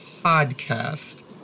podcast